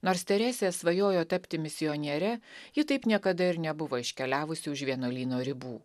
nors teresė svajojo tapti misioniere ji taip niekada ir nebuvo iškeliavusi už vienuolyno ribų